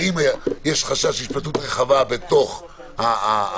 האם יש חשש להתפשטות רחבה בתוך המתחם.